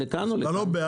אתה לא בעד.